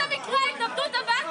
עד מקרה ההתאבדות הבא?